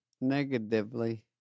Negatively